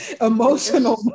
emotional